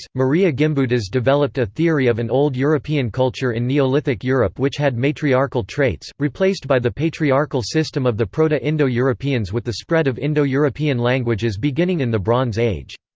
marija gimbutas developed a theory of an old european culture in neolithic europe which had matriarchal traits, replaced by the patriarchal system of the proto-indo-europeans with the spread of indo-european languages beginning in the bronze age.